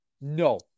No